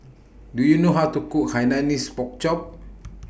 Do YOU know How to Cook Hainanese Pork Chop